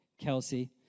Kelsey